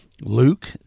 Luke